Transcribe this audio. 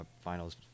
finals